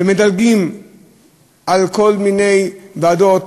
ומדלגים על כל מיני ועדות,